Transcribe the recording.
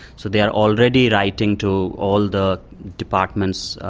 so they are already writing to all the departments,